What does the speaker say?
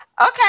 Okay